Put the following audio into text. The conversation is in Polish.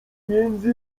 między